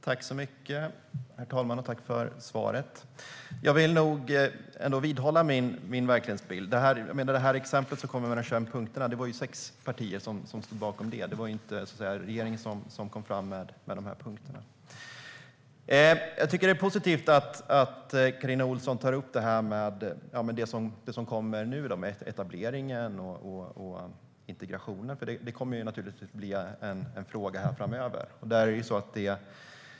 Herr talman! Tack för svaret! Men jag vill nog ändå vidhålla min verklighetsbild. De 21 punkterna som gavs som exempel stod sex partier bakom. Det var ju inte regeringen som kom fram med dessa punkter. Jag tycker att det är positivt att Carina Ohlsson tar upp det som kommer nu med etablering och integration, för det kommer naturligtvis att bli en fråga här framöver.